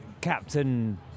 Captain